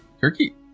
Turkey